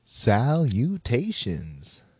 Salutations